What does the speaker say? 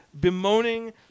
bemoaning